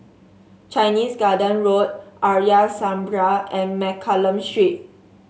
Chinese Garden Road Arya Samaj and Mccallum Street